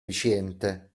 viciente